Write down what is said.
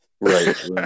right